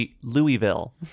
Louisville